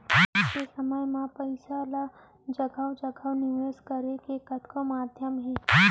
आज के समे म पइसा ल जघा जघा निवेस करे के कतको माध्यम हे